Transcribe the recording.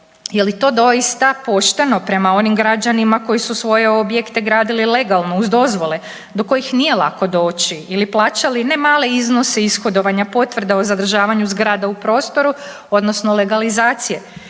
Je li to doista pošteno koji su svoje objekte gradili legalno uz dozvole do kojih nije lako doći ili plaćali ne male iznose ishodovanja potvrda o zadržavanju zgrada u prostoru odnosno legalizacije.